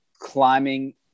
climbing